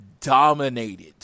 dominated